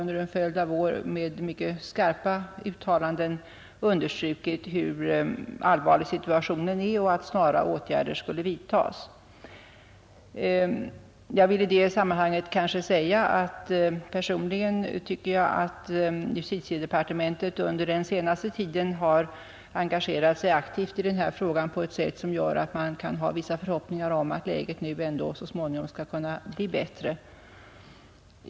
under en följd av år i mycket skarpa ordalag understrukit hur Sökningsväsendet allvarlig situationen är och framhållit att åtgärder snarast borde vidtas. Personligen tycker jag att justitiedepartementet under den senaste tiden har engagerat sig aktivt i denna fråga på ett sätt som gör att man kan ha vissa förhoppningar om att läget ändå så småningom skall kunna bli bättre.